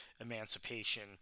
emancipation